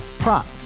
Prop